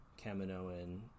Kaminoan